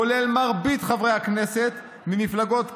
כולל מרבית חברי הכנסת ממפלגות קדימה,